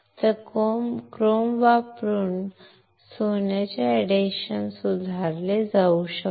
तर क्रोम वापरून सोन्याचे एडेशन सुधारले जाऊ शकते